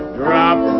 drop